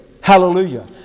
hallelujah